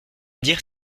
dire